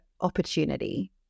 opportunity